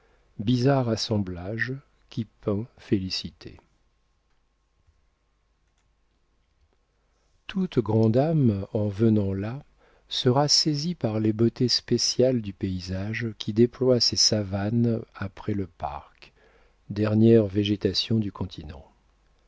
bizarre assemblage qui peint félicité toute grande âme en venant là sera saisie par les beautés spéciales du paysage qui déploie ses savanes après le parc dernière végétation du continent